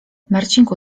marcinku